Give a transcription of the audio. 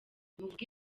muvuge